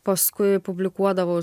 paskui publikuodavaus